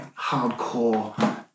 hardcore